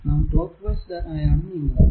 നാം clockwise ആയാണ് നീങ്ങുക